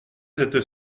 cette